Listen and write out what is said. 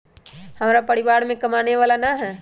हमरा परिवार में कमाने वाला ना है?